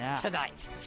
tonight